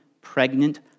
pregnant